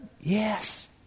Yes